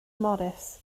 morris